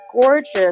gorgeous